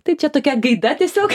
tai čia tokia gaida tiesiog